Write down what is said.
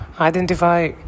identify